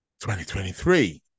2023